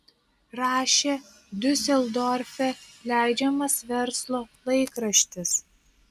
rašė diuseldorfe leidžiamas verslo laikraštis